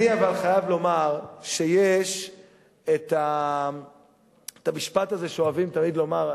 אני חייב לומר שיש המשפט הזה שאוהבים תמיד לומר,